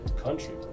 Country